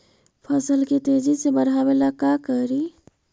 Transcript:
फसल के तेजी से बढ़ाबे ला का करि?